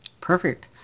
Perfect